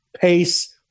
pace